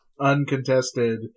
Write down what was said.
uncontested